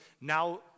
now